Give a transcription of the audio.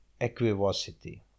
equivocity